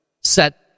set